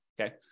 Okay